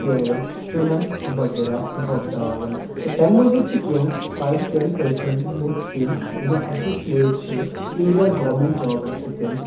ژیرٕ ژٕنن وغیرہ ووٚپداوان تہٕ تَمہِ مٔزیٖد چھِ کینٛہہ فایِو ٹوٚ ٹٮ۪ن پٔرسَنٛٹ لُکھ تِم یِم زَن اٮ۪سوسیٹ چھِ ایٖدھر گورنمنٹ جابَن سۭتۍ